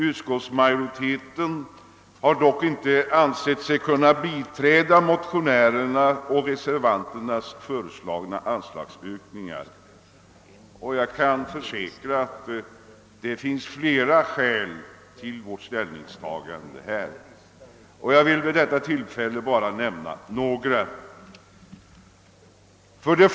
Utskottsmajoriteten har inte ansett sig kunna biträda de av motionärerna och reservanterna föreslagna anslagsökningarna, och jag kan försäkra att det finns flera skäl till detta ställningstagande. Jag skall nu bara redovisa några av dem.